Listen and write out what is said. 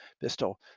Pistol